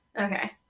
Okay